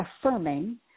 affirming